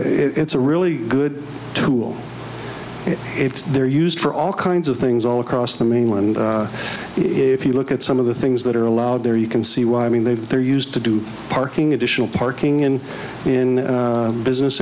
it's a really good tool they're used for all kinds of things all across the mainland if you look at some of the things that are allowed there you can see what i mean they've they're used to do parking additional parking and in business